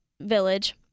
village